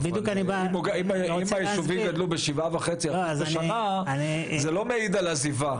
אם היישובים גדלו ב-7.5% בשנה אז זה לא מעיד על עזיבה.